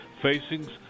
facing